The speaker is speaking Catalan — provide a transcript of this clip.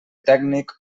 tècnic